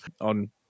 on